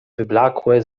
wyblakłe